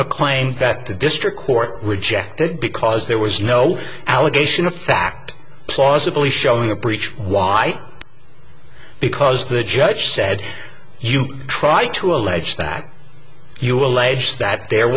a claim that the district court rejected because there was no allegation of fact plausibly showing a breach why because the judge said you try to allege that you allege that there